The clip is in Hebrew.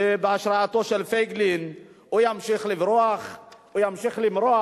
בהשראתו של פייגלין, ימשיך לברוח, ימשיך למרוח.